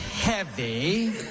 heavy